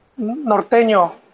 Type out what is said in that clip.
Norteño